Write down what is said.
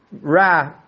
Ra